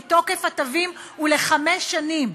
כי תוקף התווים הוא לחמש שנים,